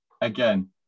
Again